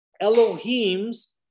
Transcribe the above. Elohim's